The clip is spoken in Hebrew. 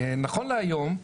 נכון להיום,